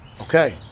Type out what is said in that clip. okay